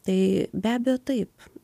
tai be abejo taip